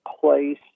place